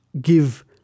give